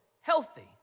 healthy